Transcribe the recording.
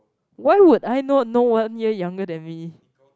why would I not know one year younger than me